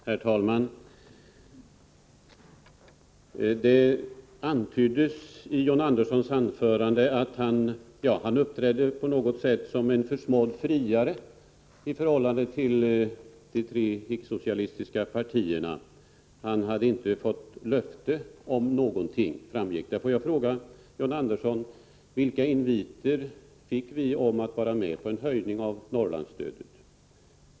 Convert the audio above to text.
Herr talman! John Andersson uppträdde som en försmådd friare i förhållande till de tre icke-socialistiska partierna. Det framgick att han inte hade fått löfte om någonting. Får jag fråga John Andersson: Vilka inviter fick vi om att vara med på en höjning av Norrlandsstödet?